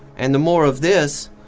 and the more of this,